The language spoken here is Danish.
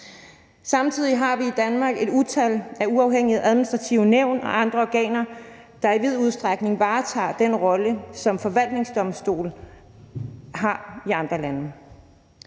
Samtidig har vi i Danmark et utal af uafhængige administrative nævn og andre organer, der i vid udstrækning varetager den rolle, som forvaltningsdomstole har i andre lande.